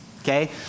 okay